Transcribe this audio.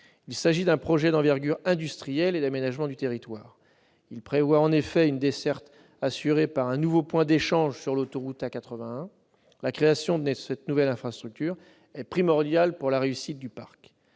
Il s'agit d'un projet d'envergure industrielle et d'aménagement du territoire. Il prévoit en effet une desserte assurée par un nouveau point d'échange sur l'autoroute A81. La création de cette nouvelle infrastructure est primordiale pour la réussite du parc.